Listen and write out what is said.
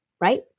right